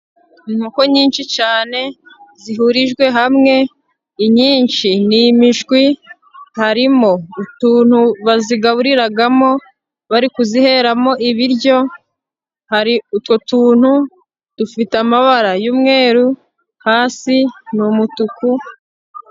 Inkoko nyinshi cyane zihurijwe hamwe, inyinshi n'imishwi, harimo utuntu bazigaburiramo bari kuziheramo ibiryo, utwo tuntu dufite amabara y'umweru hasi n'umutuku.